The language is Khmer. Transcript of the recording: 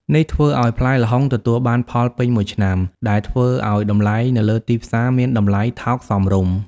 នេះធ្វើឱ្យផ្លែល្ហុងទទួលបានផលពេញមួយឆ្នាំ ដែលធ្វើឲ្យតម្លៃនៅលើទីផ្សារមានតម្លៃថោកសមរម្យ។